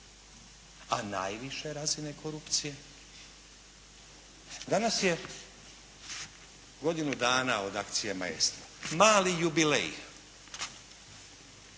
A najviše razine korupcije? Danas je godinu dana od akcije "Maestro". Mali jubilej.